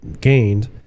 gained